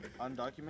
Undocumented